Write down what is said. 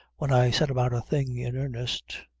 when i set about a thing in earnest.